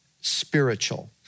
spiritual